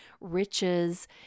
riches